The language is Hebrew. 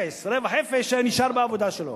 רווח אפס והיה נשאר בעבודה שלו.